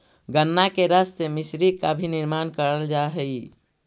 गन्ना के रस से मिश्री का भी निर्माण करल जा हई